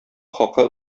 хакы